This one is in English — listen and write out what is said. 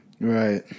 right